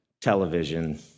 television